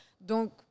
donc